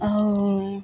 ଆଉ